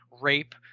rape